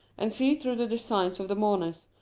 and see through the designs of the mourners,